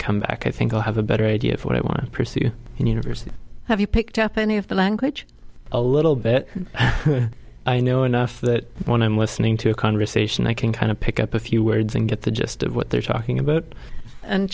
come back i think i'll have a better idea of what i want to pursue in university have you picked up any of the language a little bit i know enough that when i'm listening to a conversation i can kind of pick up a few words and get the gist of what they're talking about